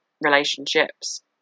relationships